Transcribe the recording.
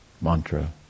Mantra